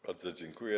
Bardzo dziękuję.